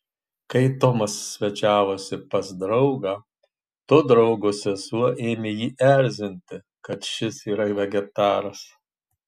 kai tomas svečiavosi pas draugą to draugo sesuo ėmė jį erzinti kad šis yra vegetaras